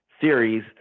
series